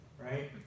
right